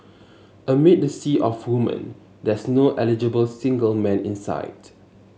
amid the sea of woman there's no eligible single man in sight